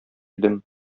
идем